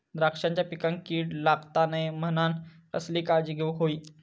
द्राक्षांच्या पिकांक कीड लागता नये म्हणान कसली काळजी घेऊक होई?